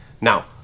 Now